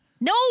No